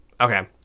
Okay